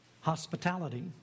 Hospitality